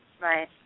Right